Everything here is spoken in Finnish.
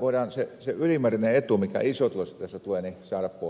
voidaan se ylimääräinen etu mikä isotuloisille tässä tulee saada pois